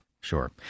Sure